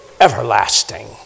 everlasting